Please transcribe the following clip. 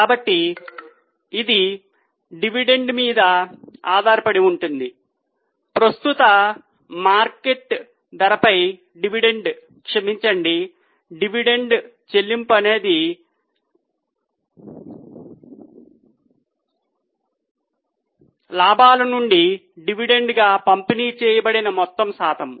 కాబట్టి ఇది డివిడెండ్ మీద ఆధారపడి ఉంటుంది ప్రస్తుత మార్కెట్ ధరపై డివిడెండ్ క్షమించండి డివిడెండ్ చెల్లింపు అనేది లాభాల నుండి డివిడెండ్గా పంపిణీ చేయబడిన మొత్తం శాతం